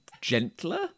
gentler